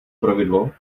pravidlo